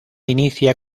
inicia